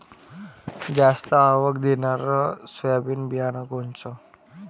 जास्त आवक देणनरं सोयाबीन बियानं कोनचं?